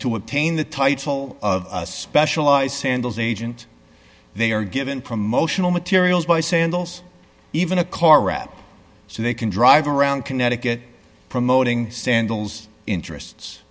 to obtain the title of specialized sandals agent they are given promotional materials by sandals even a car wrap so they can drive around connecticut promoting sandals interests